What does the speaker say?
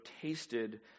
tasted